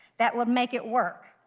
that would make it work.